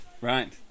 Right